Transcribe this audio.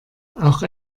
auch